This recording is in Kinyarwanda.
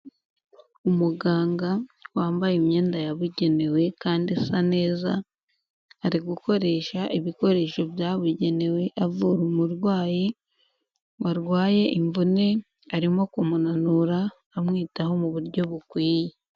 Umuganga wambaye imyenda yabugenewe kandi isa neza, ari gukoresha ibikoresho byabugenewe avura umurwayi warwaye imvune, arimo kumunura amwitaho mu buryo bukwiye.